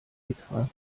petra